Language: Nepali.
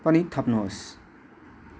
पनि थप्नुहोस्